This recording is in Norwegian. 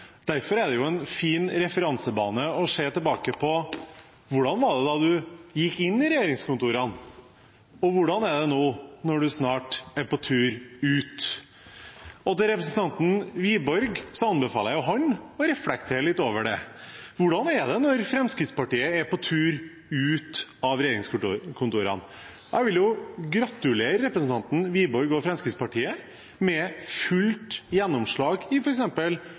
Derfor er dette en fin referansebane å se tilbake på: Hvordan var det da en gikk inn i regjeringskontorene, og hvordan er det nå, når en snart er på tur ut? Til representanten Wiborg: Jeg anbefaler ham å reflektere litt over det. Hvordan er det når Fremskrittspartiet er på tur ut av regjeringskontorene? Jeg vil gratulere representanten Wiborg og Fremskrittspartiet med fullt gjennomslag i